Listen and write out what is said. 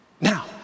Now